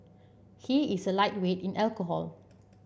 he is a lightweight in alcohol